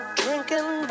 drinking